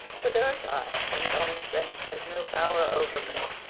but there are times when common sense has no power over me.